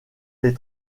les